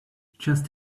just